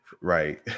Right